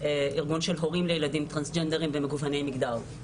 - ארגון של הורים לילדים טרנסג'נדרים ומגווני מגדר.